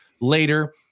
later